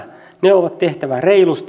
ne on tehtävä reilusti